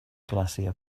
glacier